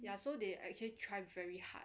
ya so they actually try very hard